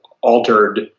altered